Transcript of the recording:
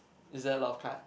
is there a lot of cards